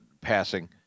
passing